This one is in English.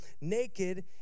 naked